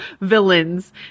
villains